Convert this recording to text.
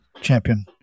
champion